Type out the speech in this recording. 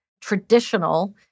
traditional